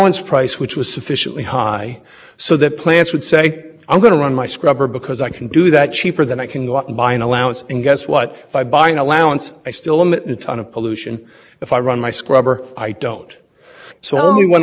cheaper than the power plants in louisiana or the power plants in arkansas or and so on and so forth all across the caspar region so uniformly plays this role of assuring that when a uniform cross is used